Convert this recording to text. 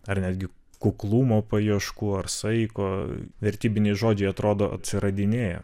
ar netgi kuklumo paieškų ar saiko vertybiniai žodžiai atrodo atsiradinėja